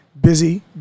busy